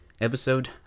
Episode